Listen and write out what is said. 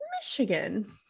michigan